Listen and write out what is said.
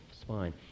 spine